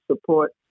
support